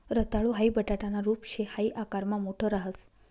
रताळू हाई बटाटाना रूप शे हाई आकारमा मोठ राहस